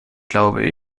glaube